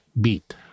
beat